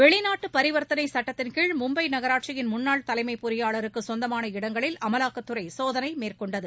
வெளிநாட்டு பரிவர்த்தனை சட்டத்தின்கீழ் மும்பை நகராட்சியின் முன்னாள் தலைமை பொறியாளருக்கு சொந்தமான இடங்களில் அமலாக்கத்துறை சோதனை மேற்கொண்டது